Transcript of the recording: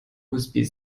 usb